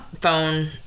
Phone